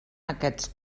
aquests